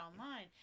online